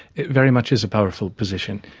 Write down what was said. it very much is a powerful position.